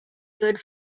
good